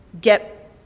get